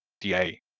DA